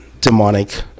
demonic